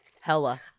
Hella